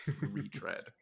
retread